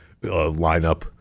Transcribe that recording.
lineup